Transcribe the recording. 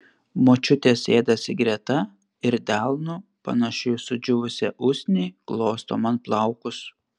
močiutė sėdasi greta ir delnu panašiu į sudžiūvusią usnį glosto man plaukus